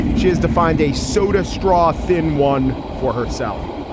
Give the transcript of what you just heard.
she has defined a soda straw, thin one for herself.